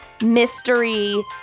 mystery